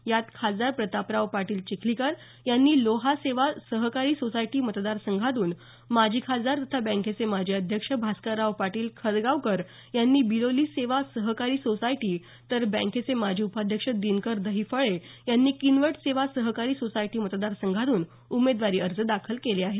यात खासदार प्रतापराव पाटील चिखलीकर यांनी लोहा सेवा सहकारी सोसायटी मतदार संघातून माजी खासदार तथा बँकेचे माजी अध्यक्ष भास्करराव पाटील खतगावकर यांनी बिलोली सेवा सहकारी सोसायटी तर बँकेचे माजी अध्यक्ष दिनकर दहिफळे यांनी किनवट सेवा सहकारी सोसायटी मतदार संघातून उमेदवारी अर्ज दाखल केले आहेत